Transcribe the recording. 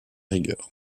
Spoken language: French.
rigueur